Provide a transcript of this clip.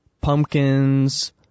pumpkins